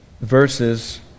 verses